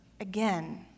Again